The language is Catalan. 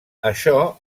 això